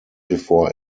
before